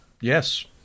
Yes